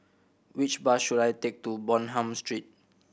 which bus should I take to Bonham Street